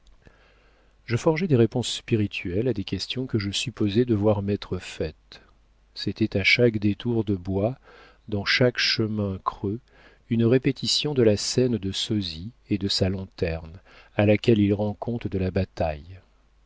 je forgeais des réponses spirituelles à des questions que je supposais devoir m'être faites c'était à chaque détour de bois dans chaque chemin creux une répétition de la scène de sosie et de sa lanterne à laquelle il rend compte de la bataille